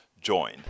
join